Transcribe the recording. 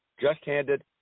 Just-Handed